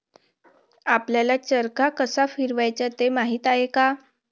आपल्याला चरखा कसा फिरवायचा ते माहित आहे का?